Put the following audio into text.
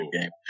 game